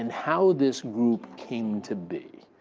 and how this group came to be.